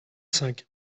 cinq